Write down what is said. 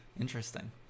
Interesting